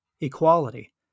equality